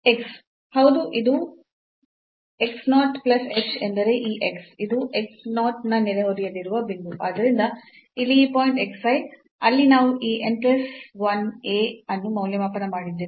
ಆದ್ದರಿಂದ ಇಲ್ಲಿ ಈ ಪಾಯಿಂಟ್ xi ಅಲ್ಲಿ ನಾವು ಈ n ಪ್ಲಸ್ 1 a ಅನ್ನು ಮೌಲ್ಯಮಾಪನ ಮಾಡಿದ್ದೇವೆ